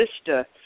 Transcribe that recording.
sister